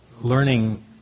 learning